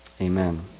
Amen